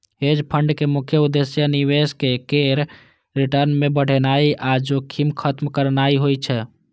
hedge fund के मुख्य उद्देश्य निवेशक केर रिटर्न कें बढ़ेनाइ आ जोखिम खत्म करनाइ होइ छै